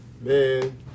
Man